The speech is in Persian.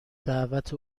دعوت